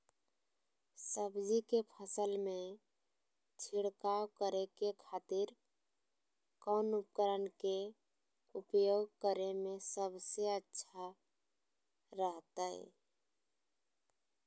सब्जी के फसल में छिड़काव करे के खातिर कौन उपकरण के उपयोग करें में सबसे अच्छा रहतय?